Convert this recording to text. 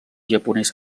japonès